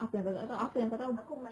apa yang kau tak tahu apa yang kau tahu